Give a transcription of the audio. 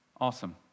Awesome